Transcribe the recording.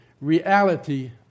reality